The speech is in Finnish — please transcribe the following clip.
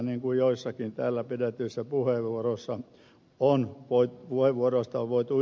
näin joistakin täällä pidetyistä puheenvuoroista on voitu ymmärtää